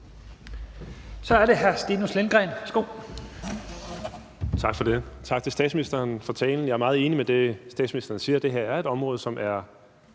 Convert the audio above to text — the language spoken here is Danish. Kl. 14:51 Stinus Lindgreen (RV): Tak for det. Tak til statsministeren for talen. Jeg er meget enig i det, statsministeren siger, altså at det her er et område, som det